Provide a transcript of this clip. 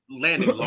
landing